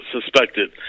suspected